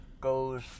goes